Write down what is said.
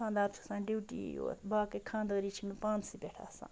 خانٛدار چھُ آسان ڈِیوٹی یوت باقٕے خانٛدٲری چھِ مےٚ پانسٕے پٮ۪ٹھ آسان